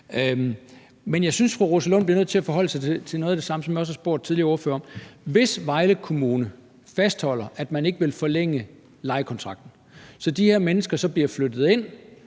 Men jeg synes, at fru Rosa Lund bliver nødt til at forholde sig til noget af det samme, som jeg også har spurgt tidligere ordførere om: Hvis Vejle Kommune fastholder, at man ikke vil forlænge lejekontrakten, så de her mennesker så bliver flyttet ind